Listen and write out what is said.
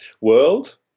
world